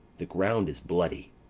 the ground is bloody.